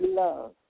love